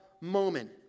moment